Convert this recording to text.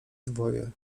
dwoje